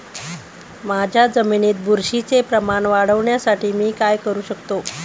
माझ्या जमिनीत बुरशीचे प्रमाण वाढवण्यासाठी मी काय करू शकतो?